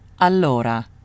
allora